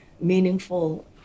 meaningful